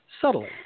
subtly